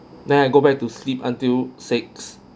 then I go back to sleep until six